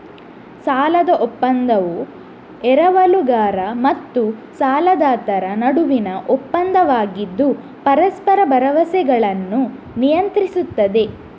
ಸಾಲದ ಒಪ್ಪಂದವು ಎರವಲುಗಾರ ಮತ್ತು ಸಾಲದಾತರ ನಡುವಿನ ಒಪ್ಪಂದವಾಗಿದ್ದು ಪರಸ್ಪರ ಭರವಸೆಗಳನ್ನು ನಿಯಂತ್ರಿಸುತ್ತದೆ